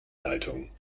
leitung